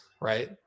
right